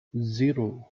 zero